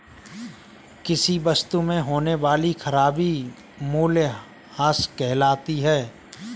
किसी वस्तु में होने वाली खराबी मूल्यह्रास कहलाती है